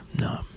no